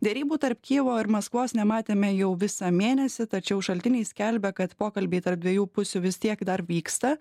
derybų tarp kijevo ir maskvos nematėme jau visą mėnesį tačiau šaltiniai skelbia kad pokalbiai tarp dviejų pusių vis tiek dar vyksta